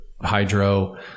hydro